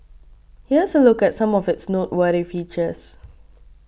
here's a look at some of its noteworthy features